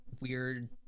weird